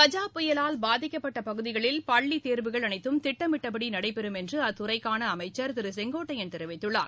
கஜா புயலால் பாதிக்கப்பட்ட பகுதிகளில் பள்ளி தேர்வுகள் அனைத்தும் திட்டமிட்டபடி நடைபெறும் என்று அத்துறைக்கான அமைச்சர் திரு செங்கோட்டையன் தெரிவித்துள்ளார்